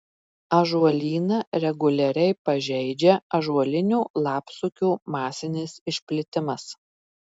ąžuolyną reguliariai pažeidžia ąžuolinio lapsukio masinis išplitimas